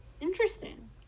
interesting